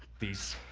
these,